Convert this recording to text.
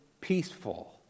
peaceful